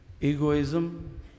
egoism